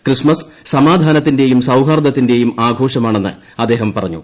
Christmas സമാധാനത്തിന്റെയും സൌഹാർദ്ദത്തിന്റെയും ആഘോഷമാണെന്ന് അദ്ദേഹം പറഞ്ഞു